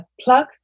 plug